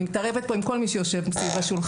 אני מתערבת כאן עם כל מי שיושב איתי ליד השולחן.